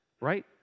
right